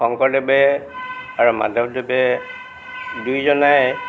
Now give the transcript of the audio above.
শংকৰদেৱে আৰু মাধৱদেৱে দুইজনাই